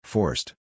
Forced